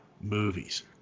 movies